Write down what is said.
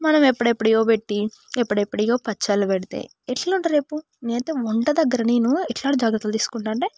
మనం ఎప్పుడియో పెట్టి ఎప్పుడియో పచ్చళ్ళు పెడితే ఎట్ల ఉంటారు చెప్పు నేనైతే వంట దగ్గర నేను ఎలాంటి జాగ్రత్తలు తీసుకుంటాను అంటే